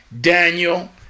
Daniel